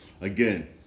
Again